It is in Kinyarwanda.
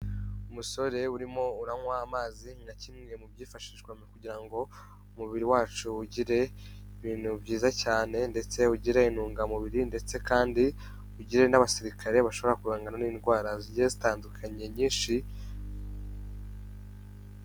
Umusore urimo uranywa amazi nka kimwe mu byifashishwa kugira ngo umubiri wacu ugire ibintu byiza cyane ndetse ugire intungamubiri ndetse kandi ugire n'abasirikare bashobora guhangana n'indwara zigiye zitandukanye nyinshi.